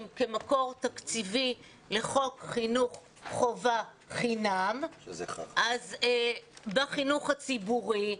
כמקור תקציבי לחוק חינוך חובה חינם בחינוך הציבורי,